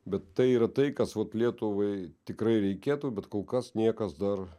bet tai yra tai kas lietuvai tikrai reikėtų bet kol kas niekas dar